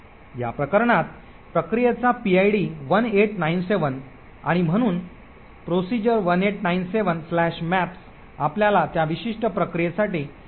या प्रकरणात प्रक्रियेचा पीआयडी 1897 आणि म्हणून proc 1897 maps आपल्याला त्या विशिष्ट प्रक्रियेसाठी व्हर्च्युअल पत्त्याची जागा देईल